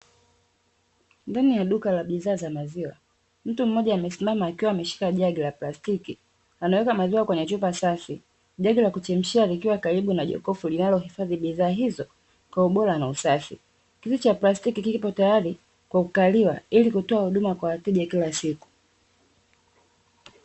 Ndani ya duka la bidhaa za maziwa, mtu mmoja amesimama akiwa ameshika jagi la plastiki anaweka maziwa kwenye chupa safi jagi la kuchemshia likiwa karibu na jokofu linalo hifadhi bidhaa hizo kwa ubora na usafi. Kiti cha plastiki kipo tayari kwa kukaliwa ilikutoa huduma kwa wateja kila siku.